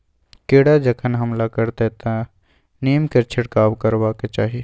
कीड़ा जखन हमला करतै तँ नीमकेर छिड़काव करबाक चाही